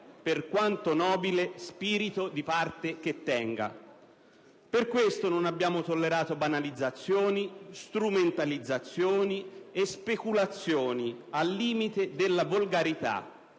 per quanto nobile - alcuno spirito di parte che tenga. Per questo non abbiamo tollerato banalizzazioni, strumentalizzazioni e speculazioni al limite della volgarità,